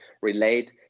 relate